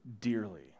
dearly